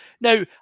Now